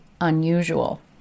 unusual